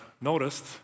noticed